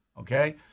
Okay